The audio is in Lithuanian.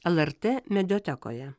lrt mediatekoje